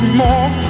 more